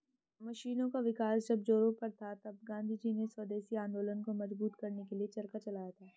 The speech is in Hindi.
मशीनों का विकास जब जोरों पर था तब गाँधीजी ने स्वदेशी आंदोलन को मजबूत करने के लिए चरखा चलाया था